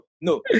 No